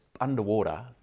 underwater